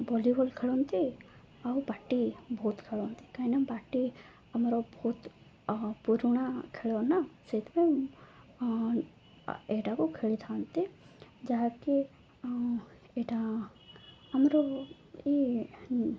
volleyball ଖେଳନ୍ତି ଆଉ ବାଟି ବହୁତ ଖେଳନ୍ତି କାହିଁକିନା ବାଟି ଆମର ବହୁତ ପୁରୁଣା ଖେଳ ନା ସେଇଥିପାଇଁ ଏଟାକୁ ଖେଳିଥାନ୍ତି ଯାହାକି ଏଇଟା ଆମର ଏଇ